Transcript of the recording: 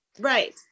Right